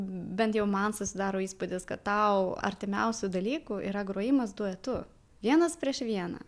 bent jau man susidaro įspūdis kad tau artimiausių dalykų yra grojimas duetu vienas prieš vieną